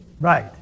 right